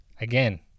again